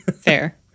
Fair